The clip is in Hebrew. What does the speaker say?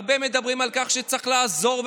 הרבה מדברים על כך שצריך לעזור,